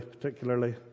particularly